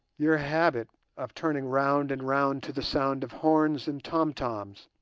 your habit of turning round and round to the sound of horns and tom-toms,